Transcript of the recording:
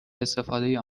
استفاده